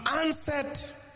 answered